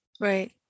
Right